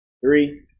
Three